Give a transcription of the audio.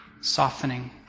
softening